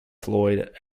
floyd